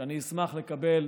שאני אשמח לקבל